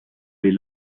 les